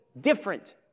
Different